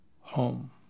home